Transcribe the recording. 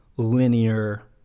linear